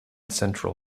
central